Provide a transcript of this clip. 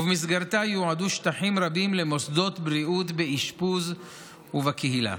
ובמסגרתה יועדו שטחים רבים למוסדות בריאות באשפוז ובקהילה.